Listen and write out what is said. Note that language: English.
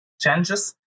changes